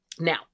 Now